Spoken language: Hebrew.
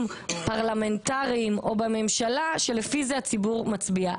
פרלמנטריים או בממשלה שלפי זה הציבור מצביע.